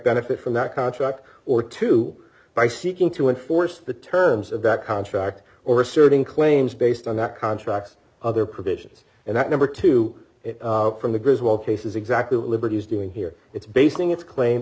benefit from that contract or two by seeking to enforce the terms of that contract or asserting claims based on that contract other provisions and that number two from the griswold case is exactly what liberty is doing here it's basing its claim